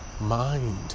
mind